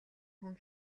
хүн